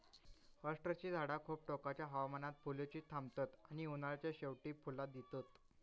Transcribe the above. अष्टरची झाडा खूप टोकाच्या हवामानात फुलुची थांबतत आणि उन्हाळ्याच्या शेवटी फुला दितत